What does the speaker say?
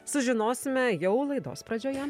sužinosime jau laidos pradžioje